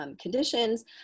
Conditions